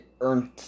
earned